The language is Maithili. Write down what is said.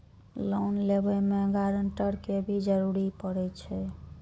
लोन लेबे में ग्रांटर के भी जरूरी परे छै?